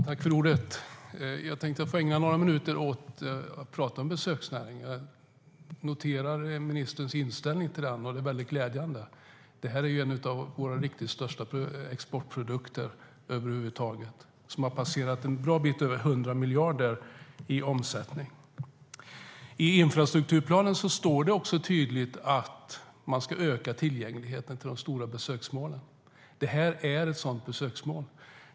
Herr talman! Jag tänkte ägna några minuter åt besöksnäringen. Jag noterar ministerns inställning till den - den är glädjande. Det här är ju en av våra allra största exportprodukter och har stigit en bra bit över 100 miljarder i omsättning. I infrastrukturplanen står det tydligt att man ska öka tillgängligheten till de stora besöksmålen. Det här är ett sådant besöksmål.